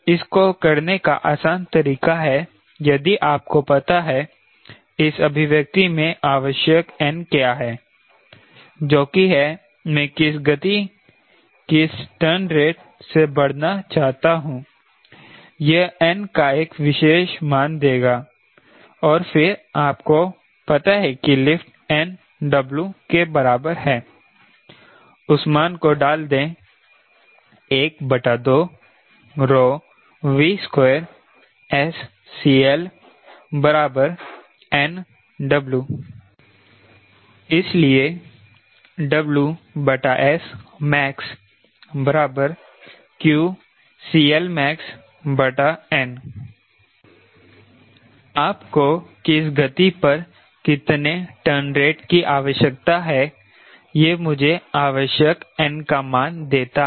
इसको करने का आसान तरीका है यदि आपको पता है इस अभिव्यक्ति में आवश्यक n क्या है जो कि है मैं किस गति किस टर्न रेट से बढ़ना चाहता हूं यह n का एक विशेष मान देगा और फिर आपको पता है कि लिफ्ट nW के बराबर है उस मान को डाल दे 12V2SCL nW इसलिए max qCLmaxn आपको किस गति पर कितने टर्न रेट की आवश्यकता है यह मुझे आवश्यक n का मान देता है